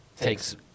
takes